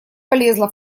полезла